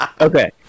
Okay